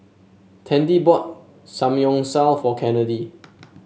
Tandy bought Samgyeopsal for Kennedy